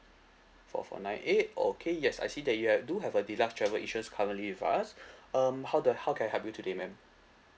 four four nine eight okay yes I see that you have do have a deluxe travel insurance currently with us um how do how can I help you today ma'am